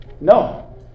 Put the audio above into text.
No